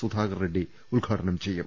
സുധാകർ റെഡ്സി ഉദ്ഘാടനം ചെയ്യും